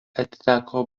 atiteko